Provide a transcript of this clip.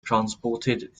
transported